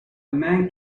man